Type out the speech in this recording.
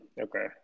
Okay